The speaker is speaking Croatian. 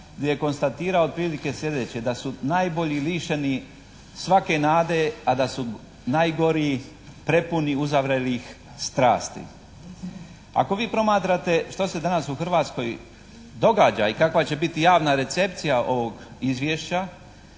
gdje je konstatirao otprilike slijedeće, da su najbolji lišeni svake nade a da su najgori prepuni uzavrelih strasti. Ako vi promatrate što se danas u Hrvatskoj događa i kakva će biti javna recepcija ovog izvješća